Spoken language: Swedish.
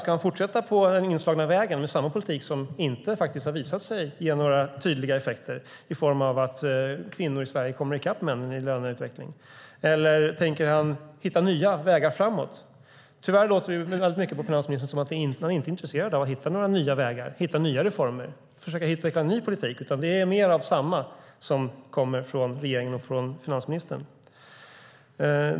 Ska han fortsätta på den inslagna vägen med samma politik som faktiskt inte har visat sig ge några tydliga effekter i form av att kvinnorna i Sverige kommer i kapp männen i löneutveckling, eller tänker han hitta nya vägar framåt? Tyvärr låter det mycket på finansministern som om han inte är intresserad av att hitta några nya vägar och nya reformer och försöka utveckla en ny politik. Det är mer av samma sak som kommer från regeringen och från finansministern.